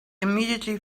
immediately